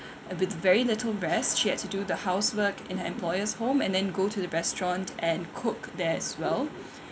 uh with very little rest she had to do the housework in her employer's home and then go to the restaurant and cook there as well